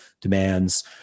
demands